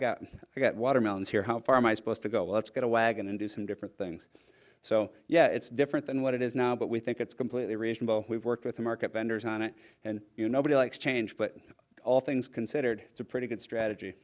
and get watermelons here how far my supposed to go let's get a wagon and do some different things so yeah it's different than what it is now but we think it's completely reasonable we've worked with the market vendors on it and you nobody likes change but all things considered it's a pretty good strategy